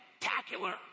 spectacular